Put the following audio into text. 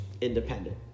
independent